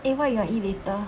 eh what you wanna eat later